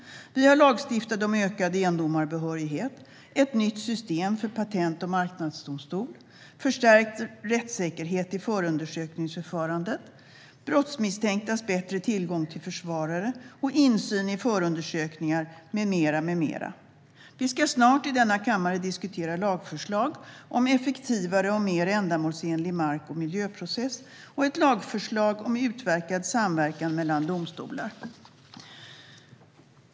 Man har lagstiftat om ökad endomarbehörighet, ett nytt system för patent och marknadsdomstol, förstärkt rättssäkerhet i förundersökningsförfarandet, brottsmisstänktas bättre tillgång till försvarare och insyn i förundersökningar med mera. Vi ska snart i denna kammare diskutera lagförslag om en effektivare och mer ändamålsenlig mark och miljöprocess och ett lagförslag om utverkad samverkan mellan domstolar.